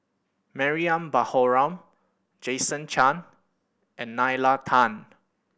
Mariam Baharom Jason Chan and Nalla Tan